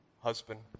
husband